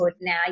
now